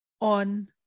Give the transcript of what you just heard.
on